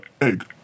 egg